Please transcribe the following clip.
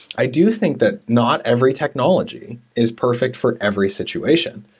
i do think that not every technology is perfect for every situation,